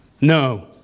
No